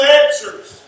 answers